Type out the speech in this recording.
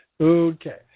Okay